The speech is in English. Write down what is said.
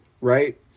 right